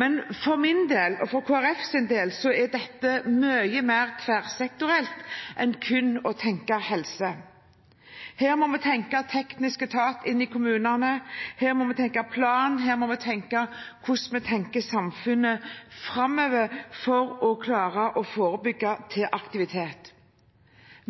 Men for min del og for Kristelig Folkepartis del er dette mye mer tverrsektorielt enn kun å tenke helse. Her må vi tenke teknisk etat i kommunene, her må vi tenke plan, her må vi tenke på hvordan vi tenker samfunnet framover, for å klare å forebygge.